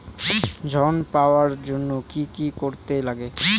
ঋণ পাওয়ার জন্য কি কি করতে লাগে?